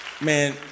Man